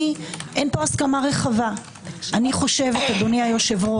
אמרת לי: אנו רוצים לשפר את אמון הציבור במערכת.